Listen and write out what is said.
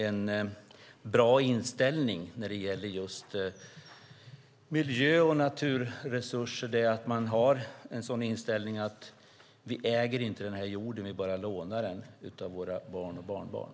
En bra inställning när det gäller miljö och naturresurser är att inse att vi inte äger jorden utan bara lånar den av våra barn och barnbarn.